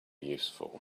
useful